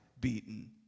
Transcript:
beaten